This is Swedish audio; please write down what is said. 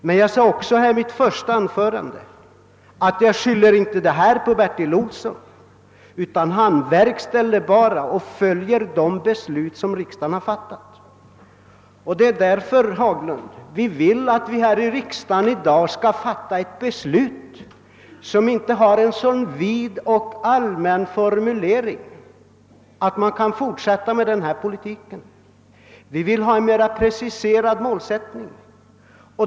Men jag sade också här i mitt första anförande att jag inte skyller detta på Bertil Olsson. Han verkställer bara och följer de beslut som riksdagen har fattat. Det är därför, herr Haglund, som vi vill, att vi här i riksdagen i dag skall fatta ett beslut, som inte bar en så vid och allmän formulering, att man kan fortsätta med denna politik. Vi vill ha en mera preciserad målsättning.